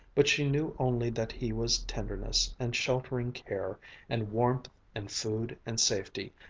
but she knew only that he was tenderness and sheltering care and warmth and food and safety.